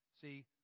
See